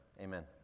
Amen